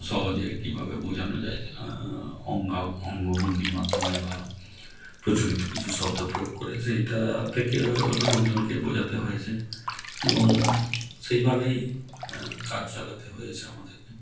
সহজে কীভাবে বোঝানো যায় অঙ্গা অঙ্গভঙ্গির মাধ্যমে বা প্রচলিত কিছু শব্দ প্রয়োগ করে সেইটা থেকে লোকজনকে বোঝাতে হয়েছে এবং সেইভাবেই কাজ চালাতে হয়েছে আমাদেরকে